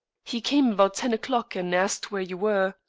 he came about ten o'clock, and asked where you were.